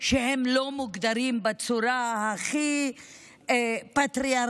שהן לא מוגדרות בצורה הכי פטריארכלית,